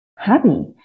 happy